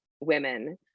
women